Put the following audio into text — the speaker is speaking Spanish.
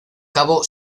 cabo